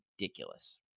ridiculous